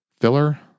filler